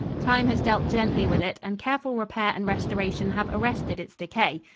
time has dealt gently with it and careful repair and restoration have arrested its decay.